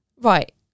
right